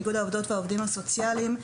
איגוד העובדות והעובדים הסוציאליים.